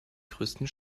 größten